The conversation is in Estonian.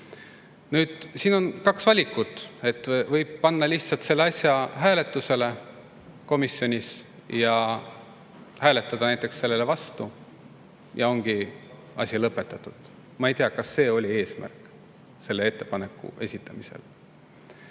Siis on kaks valikut. Võib panna lihtsalt selle asja komisjonis hääletusele ja hääletada näiteks selle vastu, ja ongi asi lõpetatud. Ma ei tea, kas see oli eesmärk selle ettepaneku esitamisel.